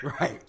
right